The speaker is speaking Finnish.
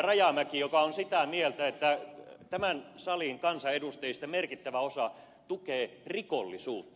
rajamäki joka on sitä mieltä että tämän salin kansanedustajista merkittävä osa tukee rikollisuutta